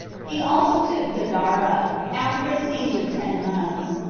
he also took gadara, after a siege of ten months.